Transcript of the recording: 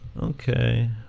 okay